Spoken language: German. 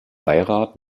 beirat